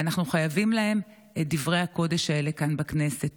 ואנחנו חייבים להם את דברי הקודש האלה כאן בכנסת.